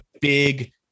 big